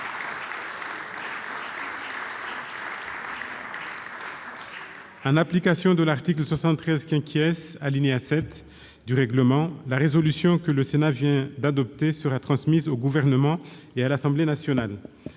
En application de l'article 73, alinéa 7, du règlement, la résolution que le Sénat vient d'adopter sera transmise au Gouvernement et à l'Assemblée nationale.